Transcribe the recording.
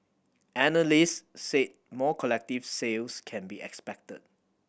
analysts said more collective sales can be expected